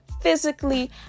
physically